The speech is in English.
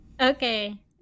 Okay